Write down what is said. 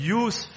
use